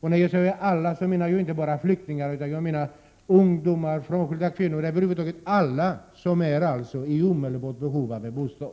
När jag säger alla menar jag inte bara flyktingar utan även ungdomar, frånskilda kvinnor och över huvud taget alla som är i omedelbart behov av en bostad.